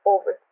Over